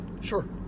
Sure